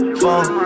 phone